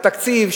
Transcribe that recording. בנושא התקציב,